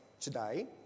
today